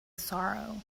sorrow